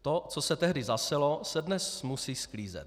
To, co se tehdy zaselo, se dnes musí sklízet.